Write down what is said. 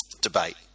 debate